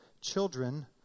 children